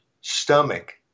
stomach